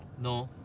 no!